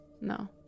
No